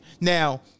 Now